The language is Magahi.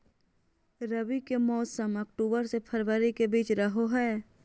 रबी के मौसम अक्टूबर से फरवरी के बीच रहो हइ